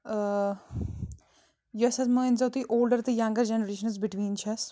ٲں یۄس حظ مٲنۍ زیٛو تُہۍ اولڈَر تہٕ ینٛگر جنریشَنَس بِٹویٖن چھیٚس